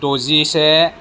द'जिसे